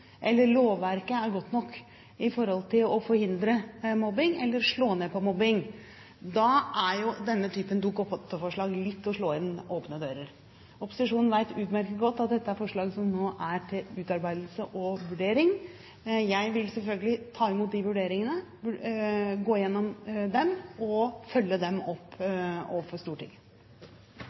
eller en ombudsfunksjon knyttet til mobbesaker, og den andre dreier seg om hvorvidt lovverket er godt nok i forhold til å forhindre mobbing eller slå ned på mobbing, er jo denne typen Dokument nr. 8-forslag litt som å slå inn åpne dører. Opposisjonen vet utmerket godt at dette er forslag som nå er til utarbeidelse og vurdering. Jeg vil selvfølgelig ta imot de vurderingene, gå gjennom dem og følge dem opp overfor